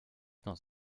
dans